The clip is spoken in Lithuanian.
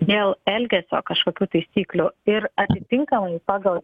dėl elgesio kažkokių taisyklių ir atitinkamai pagal